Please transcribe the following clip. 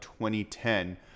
2010